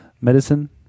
medicine